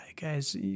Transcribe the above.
guys